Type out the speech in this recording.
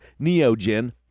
Neogen